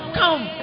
come